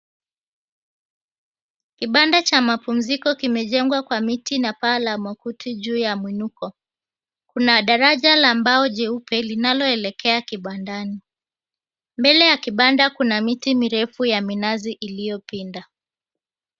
Kibanda cha mapumziko kimejengwa ka miti na paa la makuti juu ya mwinuko. Kuna daraja la mbao jeupe linalo elekea kibandani. Mbele ya kibanda kuna miti mirefu ya minazi iliyopinda.